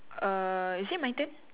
uh is it my turn